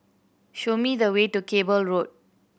show me the way to Cable Road